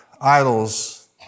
idols